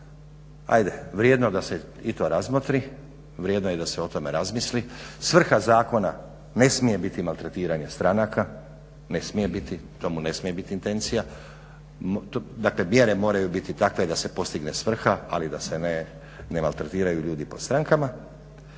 ajde vrijedno je da se i to razmotri, vrijedno je da se i o tome razmisli. Svrha zakona ne smije biti maltretiranje stranaka, ne smije biti, to mu ne smije biti intencija. Dakle mjere moraju biti takve da se postigne svrha ali da se ne maltretiraju ljudi po strankama.